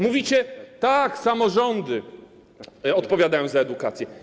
Mówicie tak: samorządy odpowiadają za edukację.